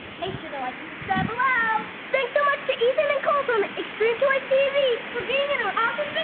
make sure to like and subscribe below. thanks so much to ethan and cole from extreme toys tv for being in our awesome